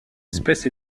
espèce